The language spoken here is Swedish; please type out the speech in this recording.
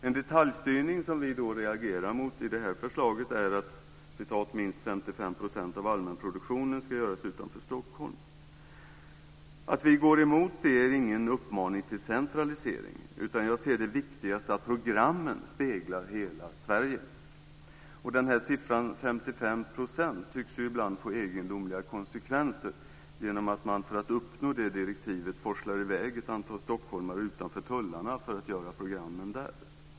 En detaljstyrning som vi då reagerar mot i det här förslaget är att minst 55 % av allmänproduktionen ska göras utanför Stockholm. Att vi går emot det är ingen uppmaning till centralisering, utan jag ser det som viktigast att programmen speglar hela Sverige. Den här siffran 55 % tycks ibland få egendomliga konsekvenser genom att man för att uppnå det direktivet forslar i väg ett antal stockholmare utanför tullarna för att göra programmen där.